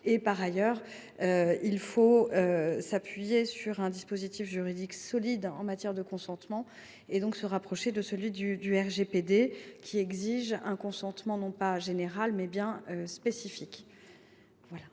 Par ailleurs, nous nous appuyons sur un dispositif juridique solide en matière de consentement en nous rapprochant de celui du RGPD, lequel exige un consentement non pas général, mais bien spécifique.